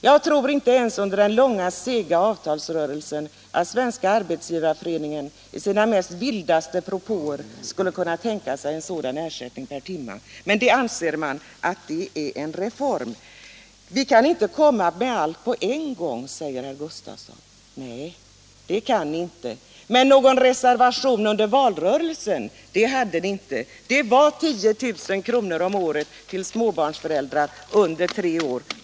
Jag tror inte ens att Svenska arbetsgivareföreningen i sina vildaste propåer under den långa och sega avtalsrörelsen skulle kunna tänka sig en sådan ersättning per timme, men utskottsmajoriteten anser att man infört en reform. Vi kan inte genomföra allt på en gång, säger herr Gustavsson. Nej, det kan ni inte, men under valrörelsen hade ni inte någon reservation på denna punkt. Ni sade då att det skulle utgå 10 000 kr. om året till föräldrar med barn under tre år.